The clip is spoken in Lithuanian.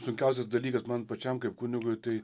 sunkiausias dalykas man pačiam kaip kunigui tai